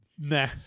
Nah